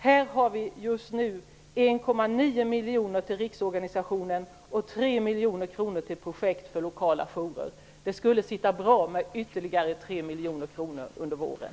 Här hemma får riksorganisationen 1,9 miljoner och de lokala jourerna 3 miljoner för olika projekt. Det skulle sitta bra med ytterligare 3 miljoner under våren.